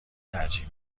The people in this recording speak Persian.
ترجیح